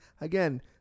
again